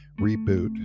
reboot